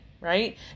Right